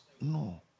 No